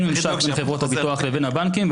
היום אין ממשק בין חברות הביטוח לבין הבנקים,